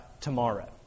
tomorrow